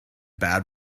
bad